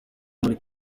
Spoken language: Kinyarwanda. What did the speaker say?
muri